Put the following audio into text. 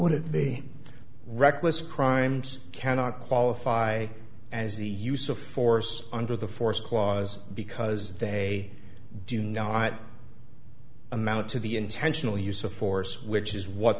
would it be reckless crimes cannot qualify as the use of force under the force clause because they do not amount to the intentional use of force which is what